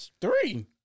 Three